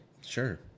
Sure